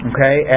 Okay